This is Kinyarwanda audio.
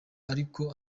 ariko